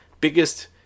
biggest